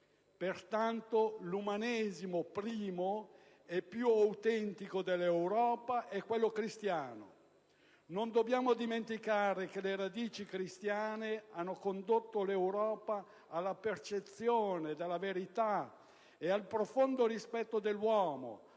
Pertanto, l'umanesimo primo e più autentico dell'Europa è quello cristiano. Non dobbiamo dimenticare che le radici cristiane hanno condotto l'Europa alla percezione della verità e al profondo rispetto dell'uomo.